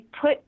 put